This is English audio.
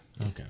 Okay